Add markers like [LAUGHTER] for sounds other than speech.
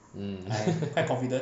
mm [LAUGHS]